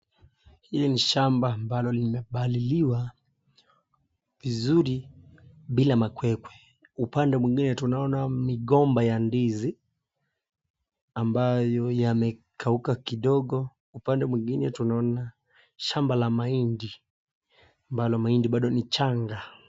Hii ni shamba ambalo limepaliliwa vizuri bila makwekwe upande mwingine tunaona migomba ya ndizi ambayo yamekauka kidogo upande mwingine tunaona shamba la mahindi ambalo mahindi ni pado ni changa.